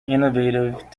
innovative